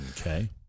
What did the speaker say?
Okay